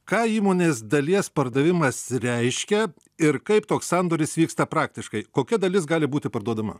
ką įmonės dalies pardavimas reiškia ir kaip toks sandoris vyksta praktiškai kokia dalis gali būti parduodama